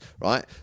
right